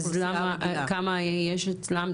אז למה, כמה יש אצלן?